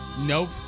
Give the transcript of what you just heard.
Nope